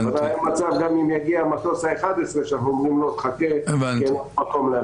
אם יגיע המטוס ה-11, נגיד לו שיחכה כי אין מקום.